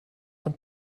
von